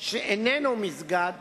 שאיננו מסגד